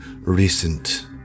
recent